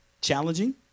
Challenging